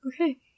Okay